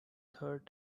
third